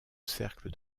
cercle